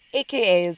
aka